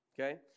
okay